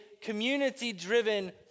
community-driven